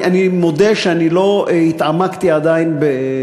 אני מודה שאני עוד לא התעמקתי בחוק,